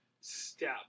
step